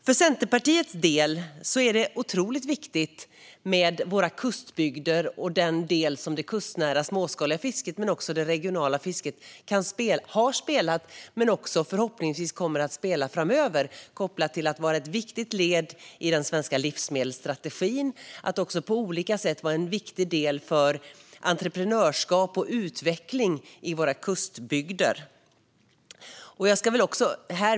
För Centerpartiets del är det otroligt viktigt med våra kustbygder och den roll som det kustnära småskaliga fisket och det regionala fisket har spelat och förhoppningsvis kommer att spela framöver. De är ett viktigt led i den svenska livsmedelsstrategin och kan också på olika sätt vara viktiga för entreprenörskap och utveckling i våra kustbygder.